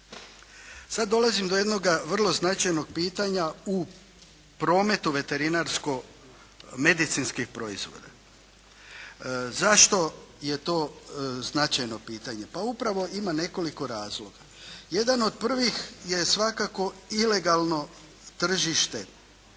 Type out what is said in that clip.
Sad dolazim do jednoga vrlo značajnog pitanja u prometu veterinarsko medicinskih proizvoda. Zašto je to značajno pitanje? Pa upravo ima nekoliko razloga? Jedan od prvih je svakako ilegalno tržište,